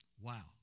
Wow